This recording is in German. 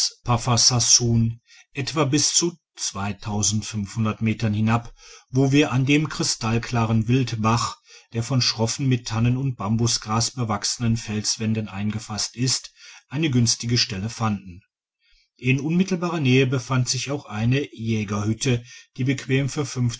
etwa bis zu metern hinab wo wir an dem krystallklaren wildbach der von schroffen mit tannen und bambusgras bewachsenen felswänden eingefasst ist eine günstige stelle fanden in unmittelbarer nähe befand sich auch eine jägerhütte die bequem